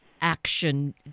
action